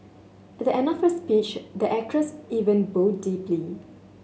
at the end of her speech the actress even bowed deeply